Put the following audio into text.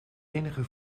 enige